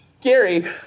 Gary